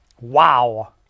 Wow